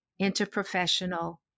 interprofessional